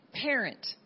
parent